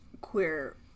queer